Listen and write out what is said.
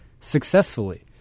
successfully